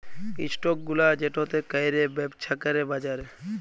stock গুলা যেটতে ক্যইরে ব্যবছা ক্যরে বাজারে